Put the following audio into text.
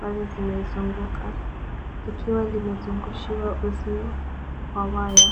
ambazo zimeizunguka likiwa limezungushiwa uzio wa waya.